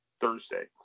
Thursday